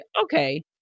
Okay